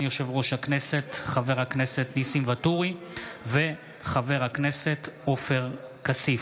יושב-ראש הכנסת חבר הכנסת ניסים ואטורי וחבר הכנסת עופר כסיף.